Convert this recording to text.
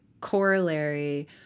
corollary